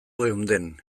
geunden